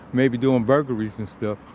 maybe doing burglaries and stuff.